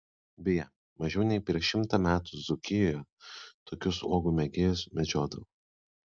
beje mažiau nei prieš šimtą metų dzūkijoje tokius uogų mėgėjus medžiodavo